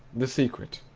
the secret.